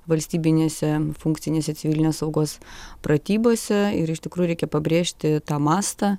valstybinėse funkcinėse civilinės saugos pratybose ir iš tikrųjų reikia pabrėžti tą mastą